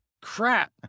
crap